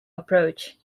approach